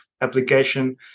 application